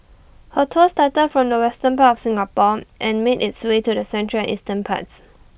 her tour started from the western part of Singapore and made its way to the central and eastern parts